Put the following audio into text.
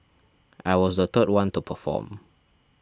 I was the third one to perform